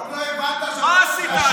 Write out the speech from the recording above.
עוד לא הבנת, מה עשית עד